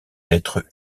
lettre